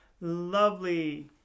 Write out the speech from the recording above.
lovely